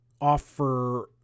offer